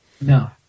No